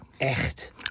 Echt